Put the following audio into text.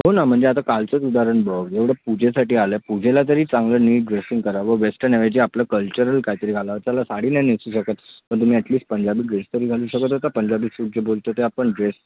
हो ना म्हणजे आता कालचंच उदाहरण बघ एवढं पूजेसाठी आलाय पूजेला तरी चांगलं नीट ड्रेसिंग करावं वेस्टर्न ऐवजी आपलं कल्चरल काय तरी घालावं चला साडी नाही नेसू शकत पण तुम्ही ॲटलिस्ट पंजाबी ड्रेस तरी घालू शकत होता पंजाबी सूट जे बोलतो ते आपण ड्रेस